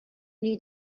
need